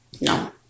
No